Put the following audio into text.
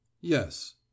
yes